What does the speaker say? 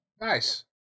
Nice